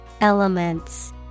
Elements